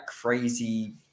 crazy